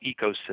ecosystem